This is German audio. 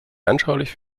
anschaulich